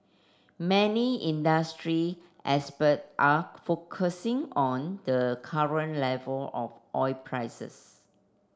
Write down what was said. many industry experts are focusing on the current level of oil prices